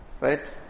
Right